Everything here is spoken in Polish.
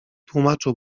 tłumaczył